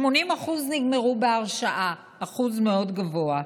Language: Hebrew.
80% נגמרו בהרשעה, אחוז מאוד גבוה.